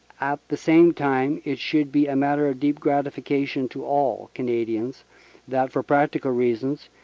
at the same time it should be a matter of deep gratification to all canadians that, for practical reasons,